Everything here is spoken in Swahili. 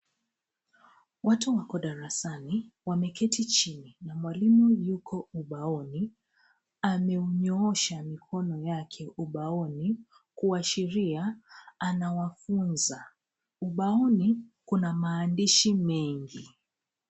Watu wako darasani, wameketi chini, na mwalimu yuko ubaoni, anaunyoosha mikono yake ubaoni, kuashiria anawafunza. Ubaoni, kuna maandishi mengi.